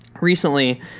recently